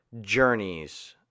journeys